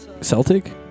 Celtic